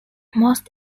most